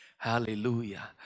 Hallelujah